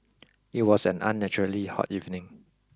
it was an unnaturally hot evening